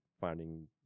finding